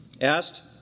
asked